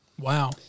Wow